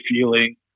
feeling